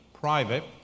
private